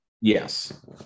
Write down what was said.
yes